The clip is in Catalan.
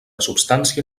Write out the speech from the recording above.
substància